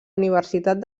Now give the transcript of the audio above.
universitat